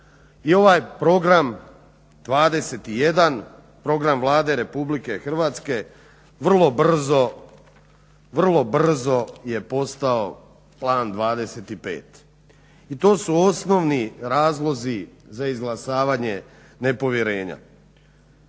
je ovaj program 21 program Vlade RH vrlo brzo je postao plan 25. I to su osnovni razlozi za izglasavanje nepovjerenja.